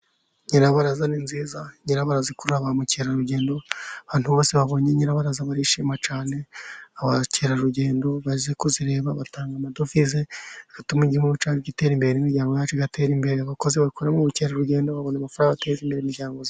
Nyirabaraza ni nziza, Nyirabaraza ikurura ba mukerarugendo. Abantu bose babonye Nyirabaraza barishima cyane. Abakerarugendo baje kuzireba batanga amadovize ,zituma igihugu cyacu gitera imbere, n'imiryango yacu igatera imbere .Abakozi bakora ubukerarugendo babona amafaranga ateza imbere imiryango.